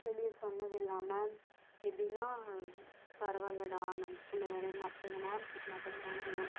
வெளியே சொன்னதும் இல்லாமல் எப்படின்னா பரவாயில்லடா நம்ம பிள்ளதானே மற்றவங்க மேம் திட்டுனால் கூட மேம் ஏன்